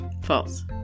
False